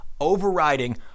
overriding